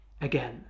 again